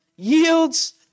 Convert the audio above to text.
yields